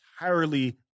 entirely